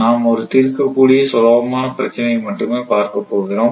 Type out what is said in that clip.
நாம் ஒரு தீர்க்கக்கூடிய சுலபமான பிரச்சனையை மட்டுமே பார்க்கப் போகிறோம்